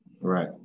Right